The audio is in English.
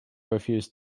refused